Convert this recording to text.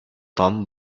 tom